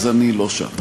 אז אני לא שם.